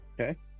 Okay